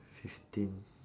fifteen